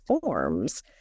forms